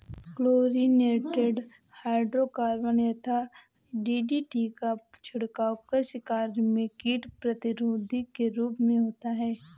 chlorinated hydrocarbon यथा DDT का छिड़काव कृषि कार्य में कीट प्रतिरोधी के रूप में होता है